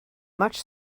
much